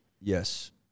Yes